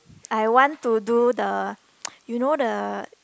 I want to do the you know the